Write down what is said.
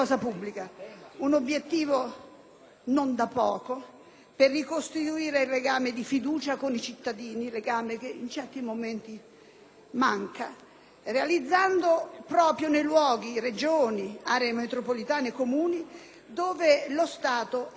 non da poco per ricostituire il legame di fiducia con i cittadini; un legame che in certi momenti è mancato e che si concretizzerà proprio nei luoghi - Regioni, aree metropolitane, Comuni - dove lo Stato è più vicino alla gente.